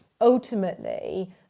ultimately